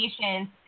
patients